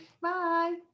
bye